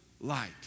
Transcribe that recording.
light